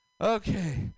Okay